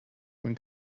wenn